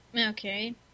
Okay